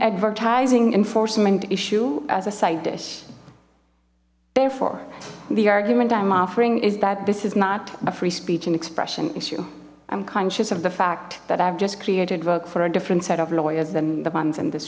advertising enforcement issue as a side dish therefore the argument i'm offering is that this is not a free speech and expression issue i'm conscious of the fact that i've just created work for a different set of lawyers than the ones in this